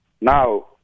now